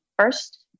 first